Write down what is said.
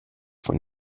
von